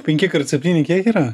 penki kart septyni kiek yra